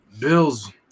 Bills